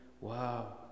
wow